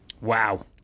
Wow